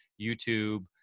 YouTube